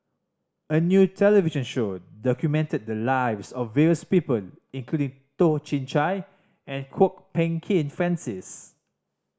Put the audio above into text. a new television show documented the lives of various people including Toh Chin Chye and Kwok Peng Kin Francis